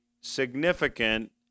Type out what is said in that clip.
significant